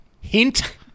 Hint